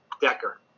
Decker